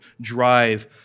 drive